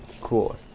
cool